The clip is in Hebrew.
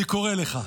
אני קורא לך.